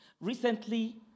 Recently